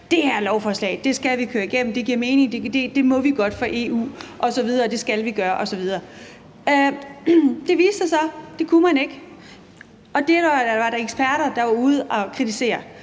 Det her lovforslag skal vi køre igennem, det giver mening, det må vi godt for EU, det skal vi gøre, osv. Det viste sig så, at det kunne man ikke, og det var der eksperter der var ude at kritisere.